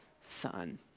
Son